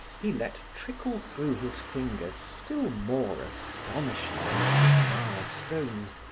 he let trickle through his fingers still more astonishing and bizarre stones,